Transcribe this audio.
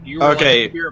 Okay